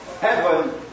Heaven